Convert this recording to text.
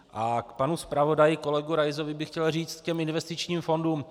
A k panu zpravodaji kolegu Raisovi bych chtěl říct k investičním fondům.